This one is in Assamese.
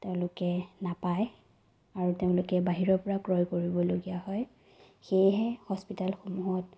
তেওঁলোকে নাপায় আৰু তেওঁলোকে বাহিৰৰ পৰা ক্ৰয় কৰিবলগীয়া হয় সেয়েহে হস্পিতালসমূহত